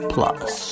Plus